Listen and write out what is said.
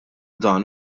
dan